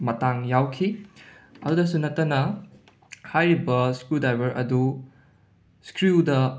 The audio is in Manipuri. ꯃꯇꯥꯡ ꯌꯥꯎꯈꯤ ꯑꯗꯨꯗꯁꯨ ꯅꯠꯇꯅ ꯍꯥꯏꯔꯤꯕ ꯁ꯭ꯀ꯭ꯔꯨꯗꯥꯏꯕꯔ ꯑꯗꯨ ꯁ꯭ꯀ꯭ꯔꯨꯗ